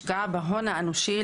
השקעה בהון האנושי,